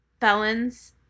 felons